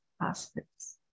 aspects